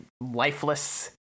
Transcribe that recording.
lifeless